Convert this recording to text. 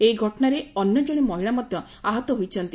ଏହି ଘଟଣାରେ ଅନ୍ୟ ଜଣେ ମହିଳା ମଧ୍ଧ ଆହତ ହୋଇଛନ୍ତି